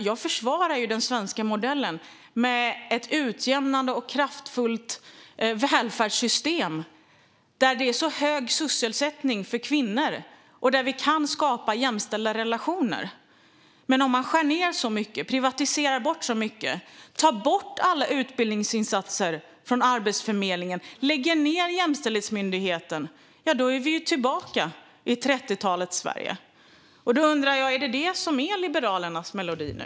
Jag försvarar den svenska modellen, med ett utjämnande och kraftfullt välfärdssystem där det är hög sysselsättning för kvinnor och där vi kan skapa jämställda relationer. Men om man skär ned så mycket, privatiserar bort så mycket, tar bort alla utbildningsinsatser från Arbetsförmedlingen och lägger ned Jämställdhetsmyndigheten är vi ju tillbaka i 30-talets Sverige. Då undrar jag: Är det detta som är Liberalernas melodi nu?